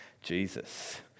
Jesus